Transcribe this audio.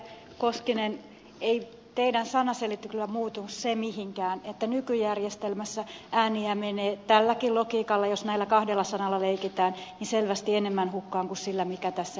koskinen ei teidän sanaselityksellänne muutu se mihinkään että nykyjärjestelmässä ääniä menee tälläkin logiikalla jos näillä kahdella sanalla leikitään selvästi enemmän hukkaan kuin sillä mikä tässä esitetään